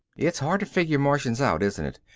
it's hard to figure martians out, isn't it?